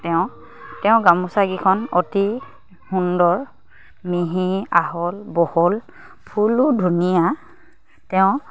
তেওঁ তেওঁ গামোচাকেইখন অতি সুন্দৰ মিহি আহল বহল ফুলো ধুনীয়া তেওঁ